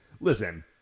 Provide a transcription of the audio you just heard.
listen